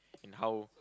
how